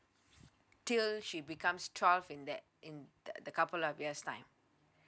till she becomes twelve in that in t~ the couple of years time